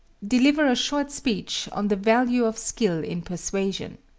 deliver a short speech on the value of skill in persuasion.